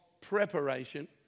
preparation